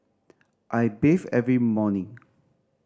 I bathe every morning